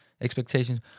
expectations